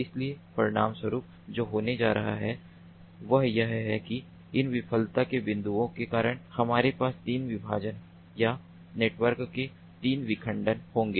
इसलिए परिणामस्वरूप जो होने जा रहा है वह यह है कि इन विफलता के बिंदुओं के कारण हमारे पास तीन विभाजन या नेटवर्क के तीन विखंडन होंगे